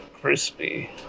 crispy